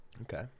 Okay